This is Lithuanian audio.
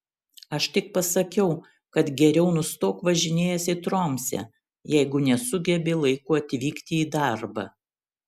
aš tik pasakiau kad geriau nustok važinėjęs į tromsę jeigu nesugebi laiku atvykti į darbą